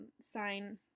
sign